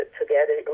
together